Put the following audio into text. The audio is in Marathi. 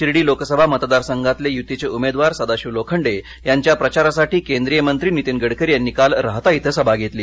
शिर्डी लोकसभा मतदारसंघातले युतीचे उमेदवार सदाशिव लोखंडे यांच्या प्रचारासाठी केंद्रीय मंत्री नितीन गडकरी यांनी काल राहाता छे सभा घेतली